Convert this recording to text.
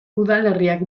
udalerriak